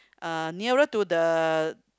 uh nearer to the